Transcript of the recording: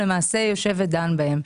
למעשה יושב ודן בהם,